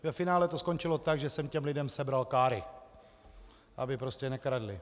Ve finále to skončilo tak, že jsem těm lidem sebral káry, aby prostě nekradli.